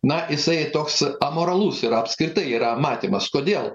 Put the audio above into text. na jisai toks amoralus ir apskritai yra matymas kodėl